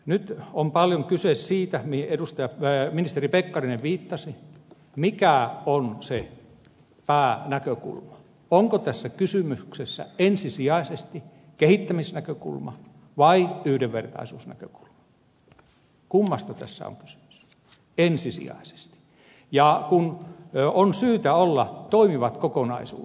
nyt on paljon kyse siitä mihin ministeri pekkarinen viittasi että mikä on se päänäkökulma onko tässä kysymyksessä ensisijaisesti kehittämisnäkökulma vai yhdenvertaisuusnäkökulma kummasta tässä on kysymys ensisijaisesti ja on syytä olla toimivat kokonaisuudet